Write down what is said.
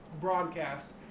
broadcast